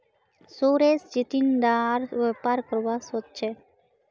सुरेश चिचिण्डार व्यापार करवा सोच छ